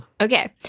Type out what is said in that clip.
Okay